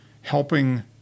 helping